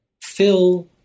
fill